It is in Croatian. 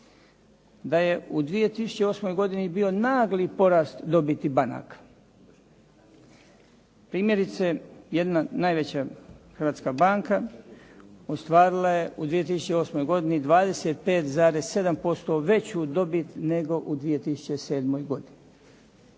da je u 2008. godini bio nagli porast dobiti banaka. Primjerice jedna najveća hrvatska banka ostvarila je u 2008. godini 25,7% veću dobit nego u 2007. godini.